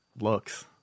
looks